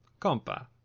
compa